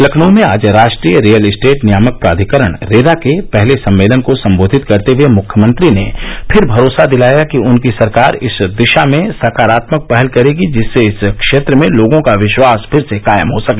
लखनऊ में आज राष्ट्रीय रियल इस्टेट नियामक प्राधिकरण रेरा के पहले सम्मेलन को संबोधित करते हुए मुख्यमंत्री ने फिर भरोसा दिलाया कि उनकी सरकार इस दिशा में सकारात्मक पहल करेगी जिससे इस क्षेत्र में लोगों का विश्वास फिर से कायम हो सके